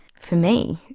for me,